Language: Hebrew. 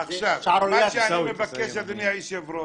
מה שאני מבקש, אדוני היושב-ראש,